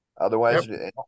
Otherwise –